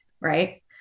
right